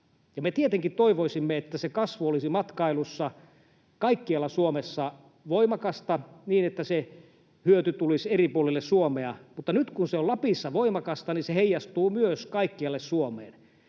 Me tietenkin toivoisimme, että se kasvu olisi matkailussa kaikkialla Suomessa voimakasta, niin että se hyöty tulisi eri puolille Suomea, mutta nyt kun se on Lapissa voimakasta, se heijastuu myös kaikkialle Suomeen.